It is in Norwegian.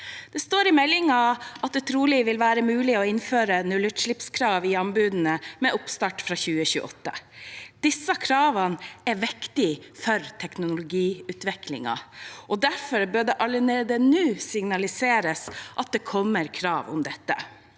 Det står i meldingen at det trolig vil være mulig å innføre nullutslippskrav i anbudene med oppstart fra 2028. Disse kravene er viktige for teknologiutviklingen, og derfor bør det allerede nå signaliseres at det kommer krav om dette.